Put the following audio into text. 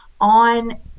on